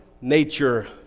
nature